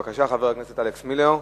בבקשה, חבר הכנסת אלכס מילר.